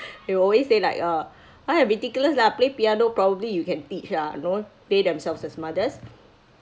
they will always say like uh how I ridiculous lah play piano probably you can teach lah you know they themselves as mothers